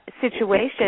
situation